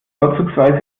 vorzugsweise